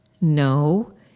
No